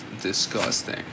disgusting